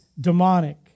demonic